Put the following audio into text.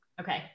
Okay